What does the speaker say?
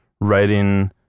writing